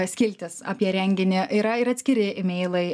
skiltys apie renginį yra ir atskiri emeilai